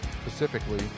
specifically